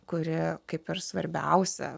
kuri kaip ir svarbiausia